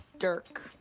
Dirk